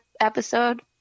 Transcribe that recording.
episode